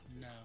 No